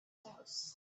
house